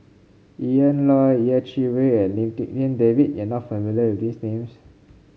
Ian Loy Yeh Chi Wei and Lim Tik En David you are not familiar with these names